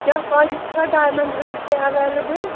کیٛاہ چھا diamond ring تہِ اٮ۪ویلِبٕل